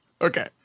Okay